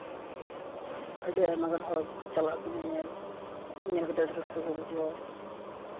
ᱟᱹᱰᱤ ᱟᱭᱢᱟ ᱜᱟᱱ ᱦᱚᱲ ᱠᱚᱠᱚ ᱪᱟᱞᱟᱜ ᱟᱠᱚ ᱧᱮᱧᱮᱞ ᱧᱮᱞ ᱠᱟᱛᱮᱫ ᱟᱹᱰᱤ ᱨᱟᱹᱥᱠᱟᱹ ᱠᱚ ᱵᱩᱡᱷᱟᱹᱣᱟ